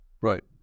Right